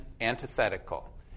antithetical